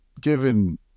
given